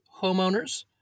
homeowners